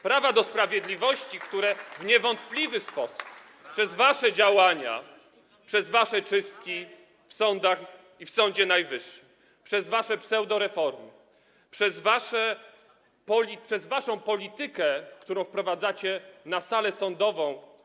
Prawa do sprawiedliwości, które w niewątpliwy sposób przez wasze działania, przez wasze czystki w sądach i w Sądzie Najwyższym, przez wasze pseudoreformy, przez waszą politykę, którą wprowadzacie na salę sądową.